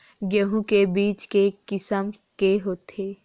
गेहूं के बीज के किसम के होथे?